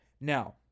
Now